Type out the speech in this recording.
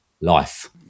Life